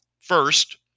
First